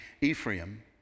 Ephraim